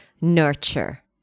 nurture